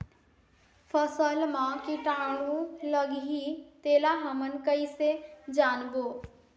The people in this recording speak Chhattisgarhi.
फसल मा कीटाणु लगही तेला हमन कइसे जानबो?